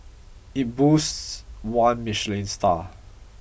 it boasts one Michelin star